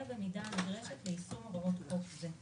אלא במידה הנדרשת ליישום הוראות חוק זה."